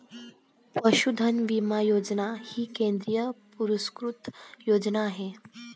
पशुधन विमा योजना ही केंद्र पुरस्कृत योजना आहे